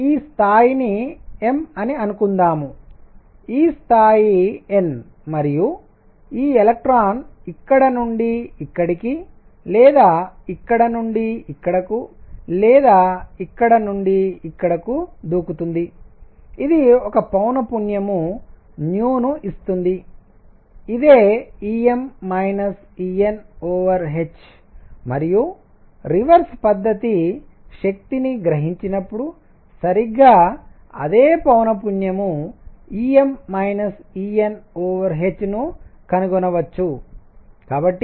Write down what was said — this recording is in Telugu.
కాబట్టి ఈ స్థాయిని m అని అనుకుందాం ఈ స్థాయి n మరియు ఈ ఎలక్ట్రాన్ ఇక్కడ నుండి ఇక్కడికి లేదా ఇక్కడ నుండి ఇక్కడకు లేదా ఇక్కడ నుండి ఇక్కడకు దూకుతుంది ఇది ఒక పౌనఃపున్యం ను ఇస్తుంది ఇదే Em Enh మరియు రివర్స్ పద్ధతి శక్తిని గ్రహించినప్పుడు సరిగ్గా అదే పౌనఃపున్యం Em Enhను కనుగొనవచ్చు